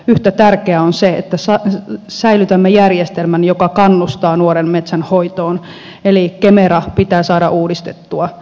yhtä tärkeää on se että säilytämme järjestelmän joka kannustaa nuoren metsän hoitoon eli kemera pitää saada uudistettua jatkossakin